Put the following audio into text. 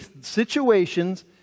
situations